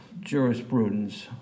jurisprudence